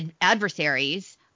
adversaries